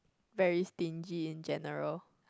very stingy in general